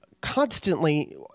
constantly